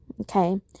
Okay